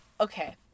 okay